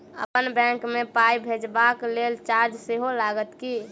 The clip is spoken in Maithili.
अप्पन बैंक मे पाई भेजबाक लेल चार्ज सेहो लागत की?